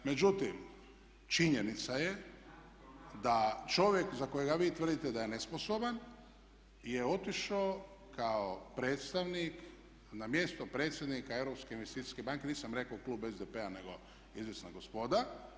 Međutim, činjenica je da čovjek za kojega vi tvrdite da je nesposoban je otišao kao predstavnik na mjesto predsjednika Europske investicijske banke, nisam rekao klub SDP-a, nego izvjesna gospoda.